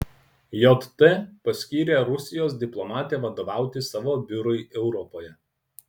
jt paskyrė rusijos diplomatę vadovauti savo biurui europoje